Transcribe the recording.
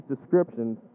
descriptions